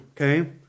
okay